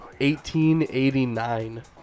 1889